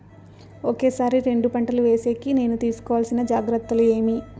ఒకే సారి రెండు పంటలు వేసేకి నేను తీసుకోవాల్సిన జాగ్రత్తలు ఏమి?